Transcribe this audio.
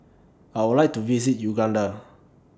I Would like to visit Uganda